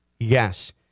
Yes